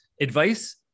advice